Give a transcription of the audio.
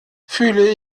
fühle